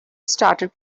started